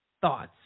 thoughts